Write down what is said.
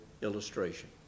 illustration